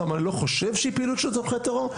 גם אני לא חושב שהיא פעילות של תומכי טרור,